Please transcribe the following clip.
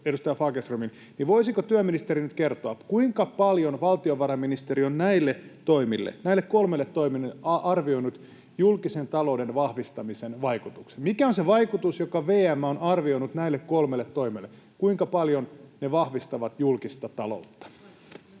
edustaja Fagerström, niin voisiko työministeri nyt kertoa, kuinka paljon valtiovarainministeriö on näille toimille, näille kolmelle toimelle, arvioinut julkisen talouden vahvistamisen vaikutuksiksi? Mikä on se vaikutus, jonka VM on arvioinut näille kolmelle toimelle, kuinka paljon ne vahvistavat julkista taloutta?